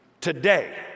today